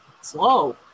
Slow